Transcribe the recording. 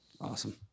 Awesome